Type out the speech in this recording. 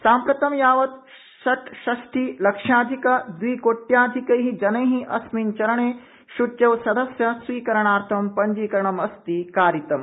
साम्प्रतं यावत् षट् षष्टि लक्षाधिक द्वि कोट्यधिकै जनै अस्मिन् चरणे सुच्यौषधस्य स्वीकरणार्थ पंजीकरणमस्ति कारितम